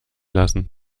lassen